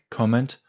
comment